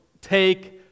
take